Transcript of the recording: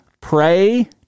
pray